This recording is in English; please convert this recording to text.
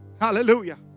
Hallelujah